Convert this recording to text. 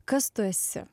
kas tu esi